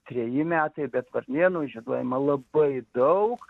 treji metai bet varnėnų žieduojama labai daug